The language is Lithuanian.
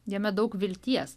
jame daug vilties